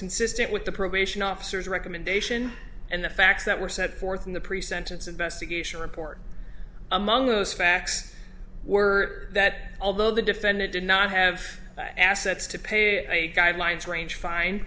consistent with the probation officers recommendation and the facts that were set forth in the pre sentence investigation report among those facts were that although the defendant did not have assets to pay i guidelines range fine